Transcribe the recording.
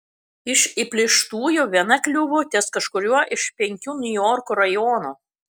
iš įplėštųjų viena kliuvo ties kažkuriuo iš penkių niujorko rajonų